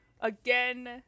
Again